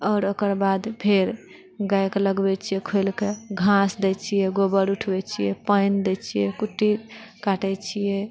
आओर ओकर बाद फेर गायके लगबै छिऐ खोलिके घास देइ छिऐ गोबर उठबै छिऐ पानि देइ छिऐ कुट्टी काटए छिऐ